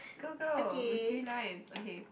go go with three lines okay